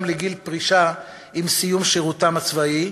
בגיל הפרישה כבר עם סיום שירותם הצבאי,